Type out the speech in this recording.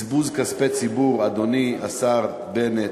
בזבוז כספי ציבור, אדוני השר בנט.